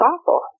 awful